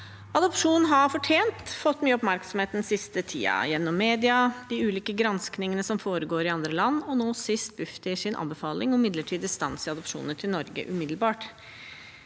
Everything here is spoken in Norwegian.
Adopsjon har fortjent fått mye oppmerksomhet den siste tiden gjennom media, de ulike granskingene som foregår i andre land, og nå sist Bufdirs anbefaling om midlertidig stans i adopsjoner til Norge umiddelbart.